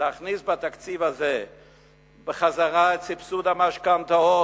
להכניס בתקציב הזה בחזרה את סבסוד המשכנתאות,